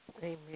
amen